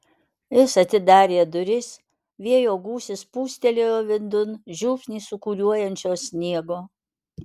jis atidarė duris vėjo gūsis pūstelėjo vidun žiupsnį sūkuriuojančio sniego